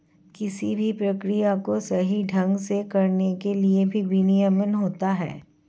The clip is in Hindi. किसी भी प्रक्रिया को सही ढंग से करने के लिए भी विनियमन होता है